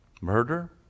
murder